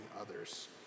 others